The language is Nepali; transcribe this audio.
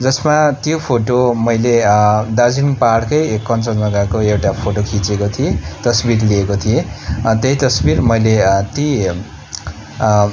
जसमा त्यो फोटो मैले दार्जिलिङ पाहाडकै कञ्चजङ्गाको एउटा फोटो खिचेको थिएँ तस्बिर लिएको थिएँ त्यही तस्बिर मैले ती